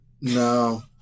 No